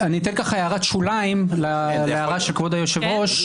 הערת שוליים להערה של כבוד היושב-ראש.